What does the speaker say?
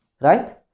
right